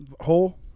hole